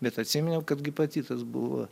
bet atsiminiau kad gipatitas buvo